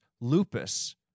lupus